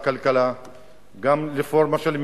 גם הרפורמה בכלכלה,